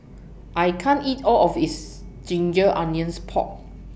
I can't eat All of IS Ginger Onions Pork